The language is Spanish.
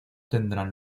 tendrán